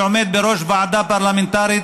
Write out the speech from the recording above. שעומד בראש ועדה פרלמנטרית